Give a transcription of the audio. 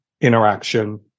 interaction